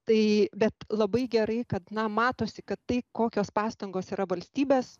tai bet labai gerai kad na matosi kad tai kokios pastangos yra valstybės